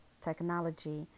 technology